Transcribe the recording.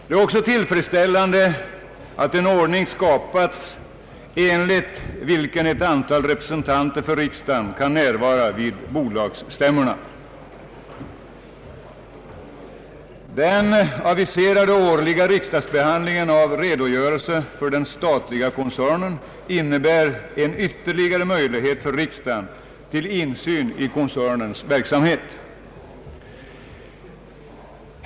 Det är också tillfredsställande att en ordning skapats enligt vilken ett antal representanter för riksdagen kan närvara vid bolagsstämman. Den aviserade årliga riksdagsbehandlingen av redogörelsen för den statliga koncernen innebär en ytterligare möjlighet för riksdagen till insyn i koncernens verksamhet.